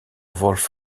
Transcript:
wolf